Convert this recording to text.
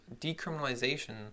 decriminalization